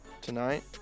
tonight